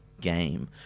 game